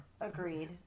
Agreed